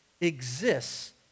exists